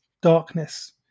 darkness